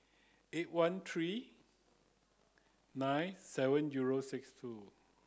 eight one three nine seven zero six two